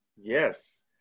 Yes